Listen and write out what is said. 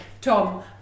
Tom